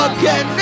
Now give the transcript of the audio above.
Again